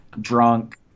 drunk